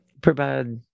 provide